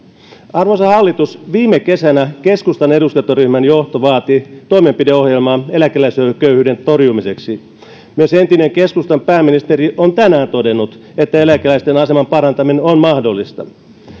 arvoisa hallitus viime kesänä keskustan eduskuntaryhmän johto vaati toimenpideohjelmaa eläkeläisten köyhyyden torjumiseksi myös entinen keskustan pääministeri on tänään todennut että eläkeläisten aseman parantaminen on mahdollista